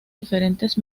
diferentes